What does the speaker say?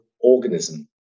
organism